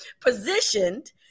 positioned